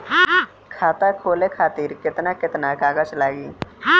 खाता खोले खातिर केतना केतना कागज लागी?